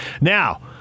Now